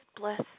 bless